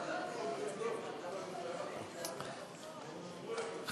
קבוצת סיעת מרצ וקבוצת סיעת יש עתיד לסעיף 43(4) לא נתקבלה.